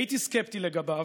הייתי סקפטי לגביו,